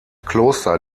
kloster